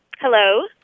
Hello